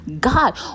God